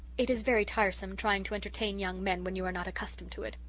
it is very tiresome trying to entertain young men when you are not accustomed to it.